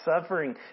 suffering